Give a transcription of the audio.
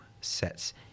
Sets